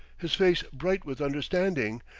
his face bright with understanding.